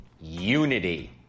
Unity